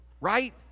right